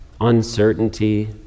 uncertainty